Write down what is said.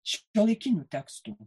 šiuolaikinių tekstų